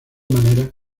manera